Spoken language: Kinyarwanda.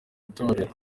itorero